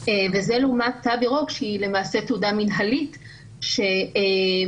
וזה לעומת תו ירוק שהיא למעשה תעודה מנהלית שבעצם